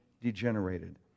degenerated